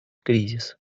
кризис